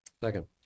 Second